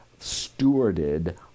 stewarded